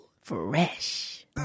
Fresh